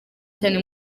cyane